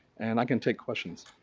and i can take questions.